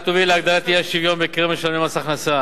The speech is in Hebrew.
תוביל להגדלת האי-שוויון בקרב משלמי מס הכנסה.